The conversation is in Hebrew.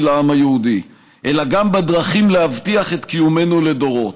לעם היהודי אלא גם בדרכים להבטיח את קיומנו לדורות.